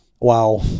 Wow